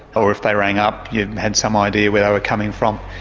or if they rang up you had some idea where they were coming from.